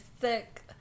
thick